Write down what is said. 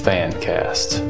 Fancast